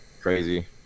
crazy